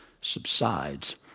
subsides